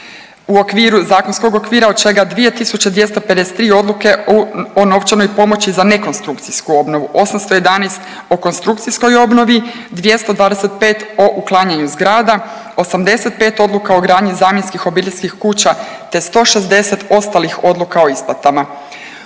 zakonskog okvira od čega 2.253 odluke o novčanoj pomoći za nekonstrukcijsku obnovu, 811 o konstrukcijskoj obnovi, 225 o uklanjanju zgrada, 85 odluka o gradnji zamjenskih obiteljskih kuća te 160 ostalih odluka o isplatama.